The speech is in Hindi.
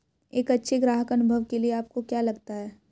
एक अच्छे ग्राहक अनुभव के लिए आपको क्या लगता है?